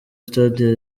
stade